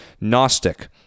Gnostic